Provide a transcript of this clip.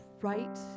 right